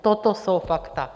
Toto jsou fakta.